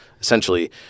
Essentially